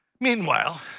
Meanwhile